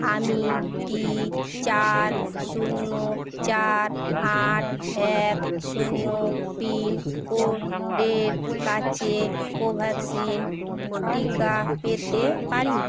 আমি কি চার শূন্য চার আট এক শূন্য পিনকোডের কাছে কোভ্যাক্সিন টিকা পেতে পারি